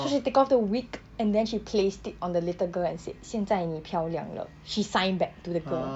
so she take off the wig and then she placed it on the little girl and said 现在你漂亮了 she signed back to the girl